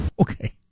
Okay